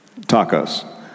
tacos